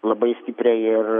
labai stipriai ir